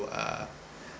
to uh